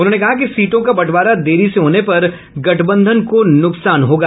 उन्होंने कहा कि सीटों का बंटवारा देरी से होने पर गठबंधन को नुकसान होगा